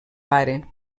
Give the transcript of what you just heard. pare